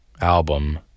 album